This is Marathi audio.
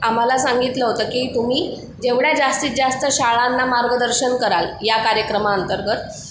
आम्हाला सांगितलं होतं की तुम्ही जेवढ्या जास्तीत जास्त शाळांना मार्गदर्शन कराल या कार्यक्रमाअंतर्गत